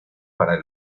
para